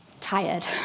tired